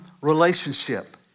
relationship